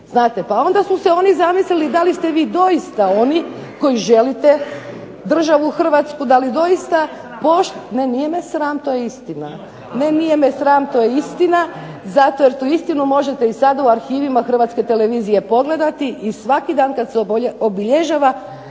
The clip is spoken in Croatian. pa onda su se oni zamislili da li ste vi doista oni koji želite državu Hrvatsku, da li doista... .../Upadica sa strane./... Ne nije me sram, to je istina. Ne nije me sram to je istina zato jer tu istinu možete i sad u arhivima Hrvatske televizije pogledati i svaki dan kad se obilježava